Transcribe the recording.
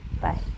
Bye